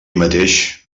mateix